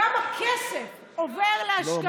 כמה כסף עובר להשקעה.